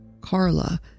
Carla